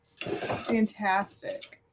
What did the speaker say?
Fantastic